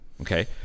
Okay